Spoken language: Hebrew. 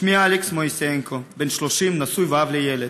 שמי אלכס מויסיינקו, בן 30, נשוי ואב לילד.